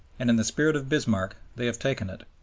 and in the spirit of bismarck they have taken it.